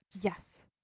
Yes